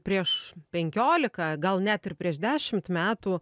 prieš penkiolika gal net ir prieš dešimt metų